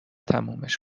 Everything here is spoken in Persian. تمومش